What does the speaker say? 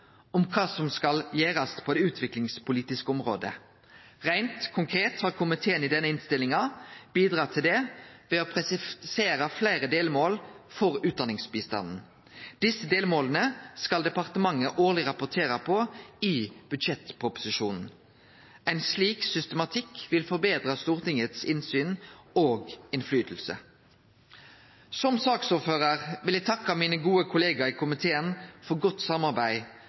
om kva som skal gjerast på det utviklingspolitiske området. Reint konkret har komiteen i denne innstillinga bidratt til det ved å presisere fleire delmål for utdanningsbistanden. Desse delmåla skal departementet årleg rapportere om i budsjettproposisjonane. Ein slik systematikk vil forbetre Stortingets innsyn og påverknad. Som saksordførar vil eg takke mine gode kollegaer i komiteen for godt samarbeid